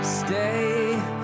stay